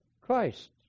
Christ